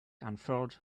unfurled